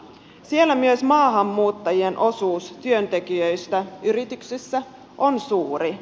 siellä myös maahanmuuttajien osuus työntekijöistä yrityksissä on suuri